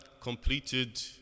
completed